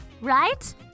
Right